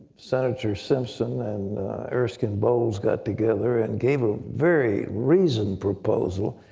senator simpson and erskin bowls, got together and gave a very reasoned proposal.